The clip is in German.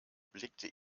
blickte